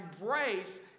embrace